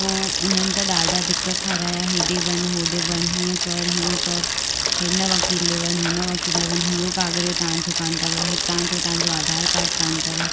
पोइ उन्हनि त ॾाढा धिका खाराया हेॾे वञु होॾे वञु हीअं कर हूंअ कर हिन वकील ॾे वञ हुन वकील ॾिए वञु इहो काॻर तव्हांजो कोन अथव तव्हांजो तांजो आधार काड कोन अथव